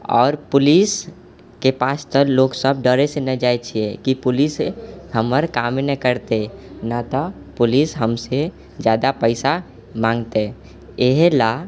आओर पुलिसके पास तऽ लोग सब डरेसँ नहि जाइ छियै कि पुलिस हमर काम नहि करतै नहि तऽ पुलिस हमशे जादा पैसा माँगतै एहे ला